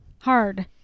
hard